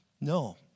No